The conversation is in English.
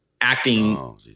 acting